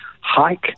hike